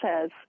says